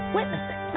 witnessing